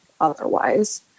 otherwise